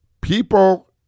People